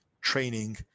training